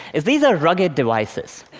is these are rugged devices.